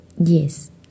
Yes